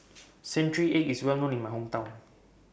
Century Egg IS Well known in My Hometown